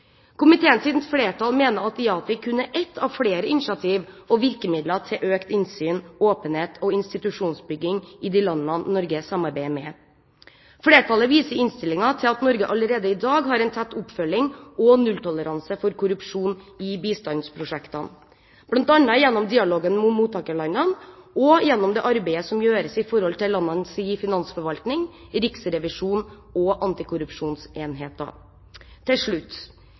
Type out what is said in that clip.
komiteen. Der skriver han at IATI ikke primært er rettet mot land som mottar bistand, men er et initiativ som er signert, finansiert og styrt av giverne som har signert erklæringen. Komiteens flertall mener at IATI kun er ett av flere initiativ til og virkemidler for økt innsyn, åpenhet og institusjonsbygging i de landene Norge samarbeider med. Flertallet viser i innstillingen til at Norge allerede i dag har tett oppfølging av og nulltoleranse for korrupsjon i bistandsprosjektene, bl.a. gjennom